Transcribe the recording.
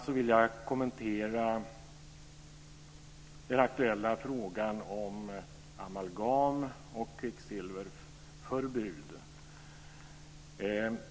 Jag vill vidare kommentera den aktuella frågan om amalgam och kvicksilverförbud.